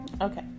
okay